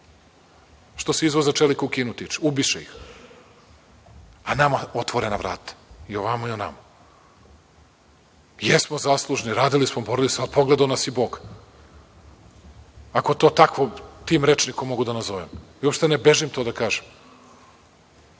što se izvoza čelika u Kinu tiče, ubiše ih. A nama otvorena vrata, i ovamo i onamo. Jesmo zaslužni, radili smo, borili se, ali pogledao nas je i Bog, ako to tako, tim rečima mogu da nazovem. I uopšte ne bežim to da kažem.